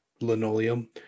linoleum